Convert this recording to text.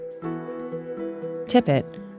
Tippett